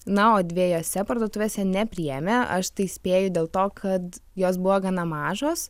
na o dviejose parduotuvėse nepriėmė aš tai spėju dėl to kad jos buvo gana mažos